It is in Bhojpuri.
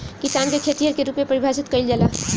किसान के खेतिहर के रूप में परिभासित कईला जाला